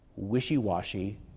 wishy-washy